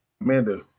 Amanda